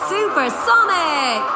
Supersonic